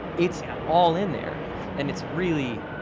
it's yeah all in there and it's really,